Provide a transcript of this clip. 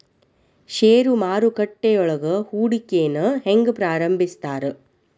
ಷೇರು ಮಾರುಕಟ್ಟೆಯೊಳಗ ಹೂಡಿಕೆನ ಹೆಂಗ ಪ್ರಾರಂಭಿಸ್ತಾರ